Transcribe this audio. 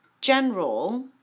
general